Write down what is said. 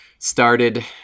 started